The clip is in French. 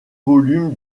volume